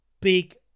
big